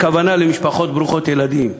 הכוונה למשפחה ברוכות ילדים,